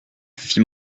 fit